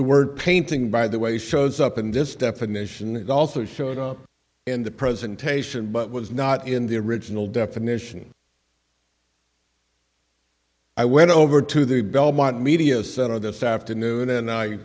the word painting by the way shows up in this definition it also showed up in the presentation but was not in the original definition i went over to the belmont media center this afternoon and i